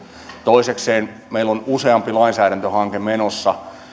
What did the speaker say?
toisekseen meillä on useampi lainsäädäntöhanke menossa